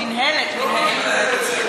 מינהלת.